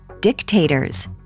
Dictators